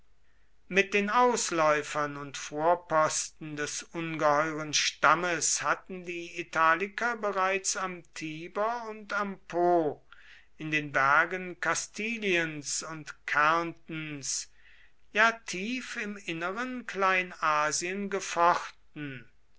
mit den ausläufern und vorposten des ungeheuren stammes hatten die italiker bereits am tiber und am po in den bergen kastiliens und kärntens ja tief im inneren kleinasien gefochten